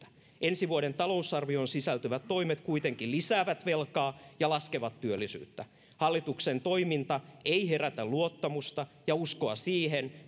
ensi vuoden talousarvioon sisältyvät toimet kuitenkin lisäävät velkaa ja laskevat työllisyyttä hallituksen toiminta ei herätä luottamusta ja uskoa siihen